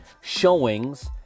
showings